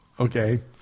Okay